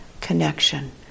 connection